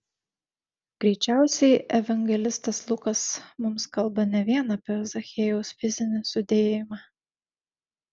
greičiausiai evangelistas lukas mums kalba ne vien apie zachiejaus fizinį sudėjimą